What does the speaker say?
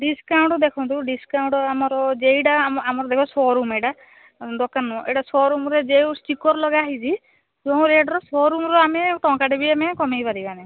discount ଦେଖନ୍ତୁ discount ଆମର ଯେଇଟା ଆମର ଦେଖ ସୋରୁମ୍ ଏଇଟା ଦୋକାନ ନୁହଁ ଏଇଟା ସୋରୁମ୍ ରେ ଯେଉଁ ଷ୍ଟିକର୍ ଲଗାହେଇଛି ଯେଉଁ ରେଟ୍ ର ସୋରୁମ୍ ର ଆମେ ଟଙ୍କାଟେ ବି ଆମେ କମେଇ ପାରିବାନି